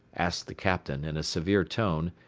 asked the captain, in a severe tone,